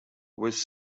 was